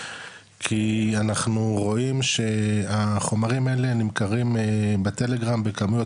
כי אנחנו רואים שהחומרים האלה נמכרים בטלגרם בכמויות